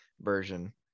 version